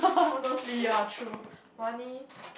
honestly ya true money